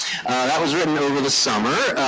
that was written over the summer.